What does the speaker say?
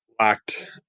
locked